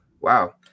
Wow